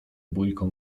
bójką